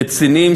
רציניים,